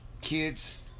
kids